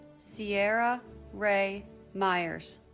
cyerra re myers